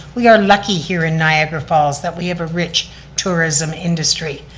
we are lucky here in niagara falls that we have a rich tourism industry.